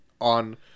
on